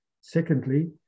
secondly